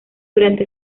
durante